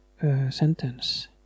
sentence